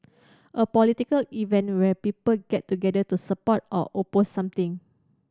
a political event where people get together to support or oppose something